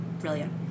brilliant